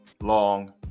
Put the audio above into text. long